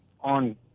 on